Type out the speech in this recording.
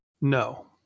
no